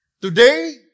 Today